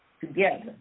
together